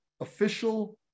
official